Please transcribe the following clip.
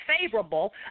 favorable